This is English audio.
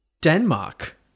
Denmark